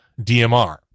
DMR